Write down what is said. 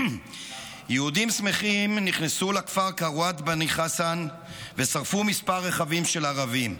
יהודים שמחים נכנסו לכפר קראוות בני חסאן ושרפו מספר רכבים של ערבים.